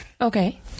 Okay